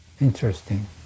interesting